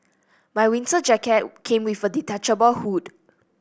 my winter jacket came with a detachable hood